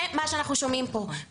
זה מה שאנחנו שומעים פה.